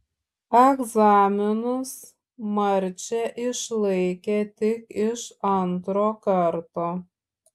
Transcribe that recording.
egzaminus marcė išlaikė tik iš antro karto